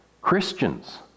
Christians